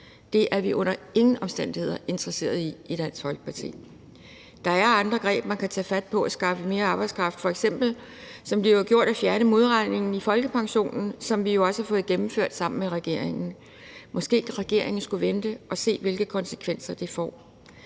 Det er vi under ingen omstændigheder interesserede i i Dansk Folkeparti. Der er andre greb, man kan tage fat i, for at skaffe mere arbejdskraft, f.eks., som det jo er gjort, at fjerne modregningen i folkepensionen, som vi også har fået gennemført sammen med regeringen. Måske regeringen skulle vente og se, hvilke konsekvenser det får.